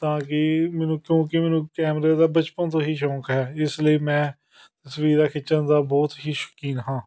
ਤਾਂ ਕਿ ਮੈਨੂੰ ਕਿਉਂਕਿ ਮੈਨੂੰ ਕੈਮਰੇ ਦਾ ਬਚਪਨ ਤੋਂ ਹੀ ਸ਼ੌਕ ਹੈ ਇਸ ਲਈ ਮੈਂ ਤਸਵੀਰਾਂ ਖਿੱਚਣ ਦਾ ਬਹੁਤ ਹੀ ਸ਼ੌਕੀਨ ਹਾਂ